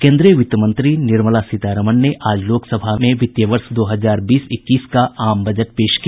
केन्द्रीय वित्त मंत्री निर्मला सीतारमण ने आज लोकसभा में वित्तीय वर्ष दो हजार बीस इक्कीस का आम बजट पेश किया